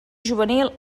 juvenil